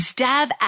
Stab